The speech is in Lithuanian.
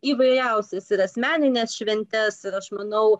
įvairiausias ir asmenines šventes ir aš manau